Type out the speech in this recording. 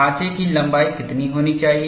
खांचा की लंबाई कितनी होनी चाहिए